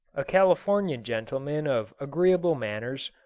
a californian gentleman of agreeable manners,